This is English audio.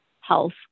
health